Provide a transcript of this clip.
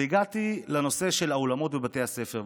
והגעתי לנושא של האולמות בבתי הספר,